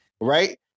right